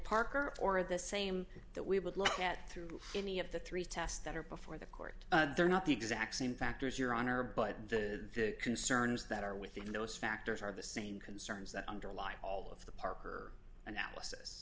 parker or the same that we would look at through any of the three tests that are before the court they're not the exact same factors your honor but the concerns that are within those factors are the same concerns that underlie all of the parker analysis